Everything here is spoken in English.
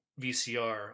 VCR